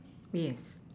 yes